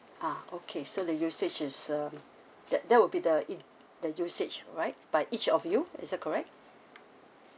ah okay so the usage is um that that will be the it the usage right by each of you is that correct